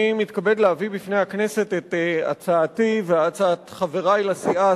אני מתכבד להביא בפני הכנסת את הצעתי והצעת חברי לסיעה,